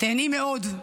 תיהני מאוד.